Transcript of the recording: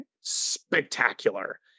spectacular